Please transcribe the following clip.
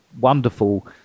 wonderful